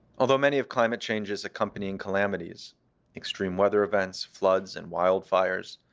although many of climate changes accompanying calamities extreme weather events, floods, and wildfires,